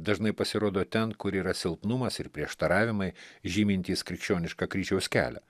dažnai pasirodo ten kur yra silpnumas ir prieštaravimai žymintys krikščionišką kryžiaus kelią